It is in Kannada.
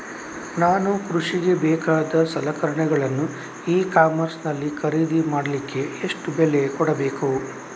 ನಾನು ಕೃಷಿಗೆ ಬೇಕಾದ ಸಲಕರಣೆಗಳನ್ನು ಇ ಕಾಮರ್ಸ್ ನಲ್ಲಿ ಖರೀದಿ ಮಾಡಲಿಕ್ಕೆ ಎಷ್ಟು ಬೆಲೆ ಕೊಡಬೇಕು?